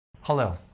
Hello